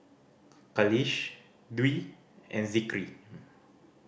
Khalish Dwi and Zikri